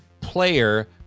player